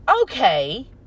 Okay